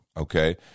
Okay